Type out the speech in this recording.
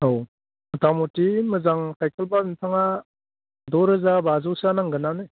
औ मथा मथि मोजां साइकेलबा नोंथाङा द' रोजा बाजौसोआनो नांगोनआनो